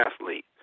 athlete